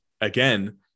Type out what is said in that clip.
Again